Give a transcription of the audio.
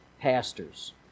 pastors